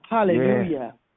Hallelujah